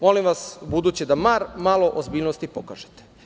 Molim vas da u buduće bar malo ozbiljnosti pokažete.